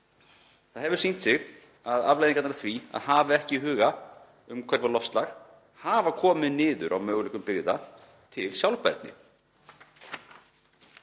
Það hefur sýnt sig að afleiðingarnar af því að hafa ekki í huga umhverfi og loftslag hafa komið niður á möguleikum byggða til sjálfbærni.